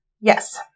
Yes